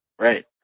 Right